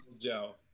Joe